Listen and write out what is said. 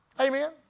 Amen